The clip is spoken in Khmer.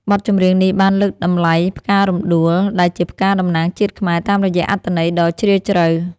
បទចម្រៀងនេះបានលើកតម្លៃផ្ការំដួល ដែលជាផ្កាតំណាងជាតិខ្មែរ តាមរយៈអត្ថន័យដ៏ជ្រាលជ្រៅ។